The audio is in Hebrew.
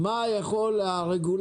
מה יכול הרגולטור,